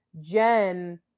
jen